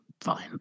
fine